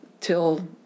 till